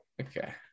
Okay